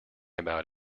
about